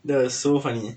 that was so funny